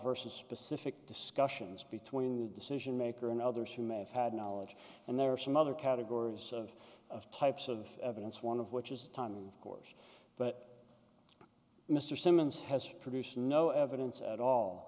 versus specific discussions between the decision maker and others who may have had knowledge and there are some other categories of of types of evidence one of which is timing of course but mr simmons has produced no evidence at all